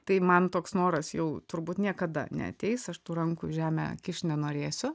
tai man toks noras jau turbūt niekada neateis aš tų rankų į žemę kišt nenorėsiu